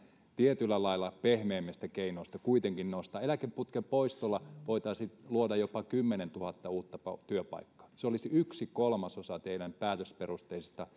tietyllä lailla pehmeimmistä keinoista kuitenkin noista eläkeputken poistolla voitaisiin luoda jopa kymmenentuhatta uutta työpaikkaa se olisi yksi kolmasosa teidän päätösperusteisista